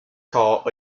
called